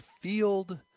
field